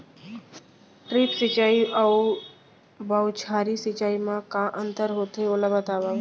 Drip सिंचाई अऊ बौछारी सिंचाई मा का अंतर होथे, ओला बतावव?